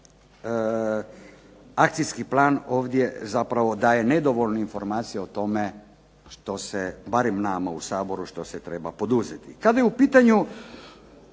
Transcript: akcijski plan ovdje zapravo daje nedovoljne informacije o tome što se, barem nama u Saboru, što se treba poduzeti. Kada je u pitanju